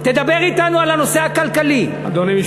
תדבר אתנו על הנושא הכלכלי, אדוני, משפט אחרון.